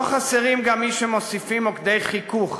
לא חסרים גם מי שמוסיפים מוקדי חיכוך